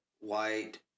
White